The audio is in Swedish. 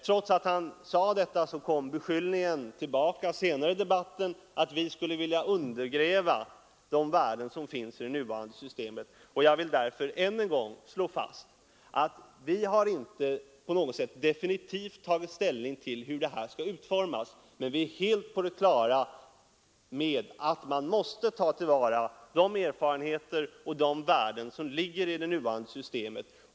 Trots att han sade detta kom beskyllningen tillbaka senare i debatten, att vi skulle vilja undergräva de värden som finns i det nuvarande systemet, och jag vill därför än en gång slå fast att vi har inte på något sätt definitivt tagit ställning till hur det här skall utformas, men vi är helt på det klara med att man måste ta till vara de erfarenheter och de värden som ligger i det nuvarande systemet.